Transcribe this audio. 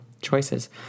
Choices